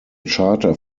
charter